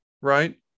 right